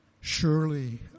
Surely